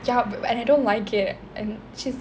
ya and I don't like it and she's